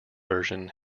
version